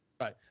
Right